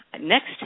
next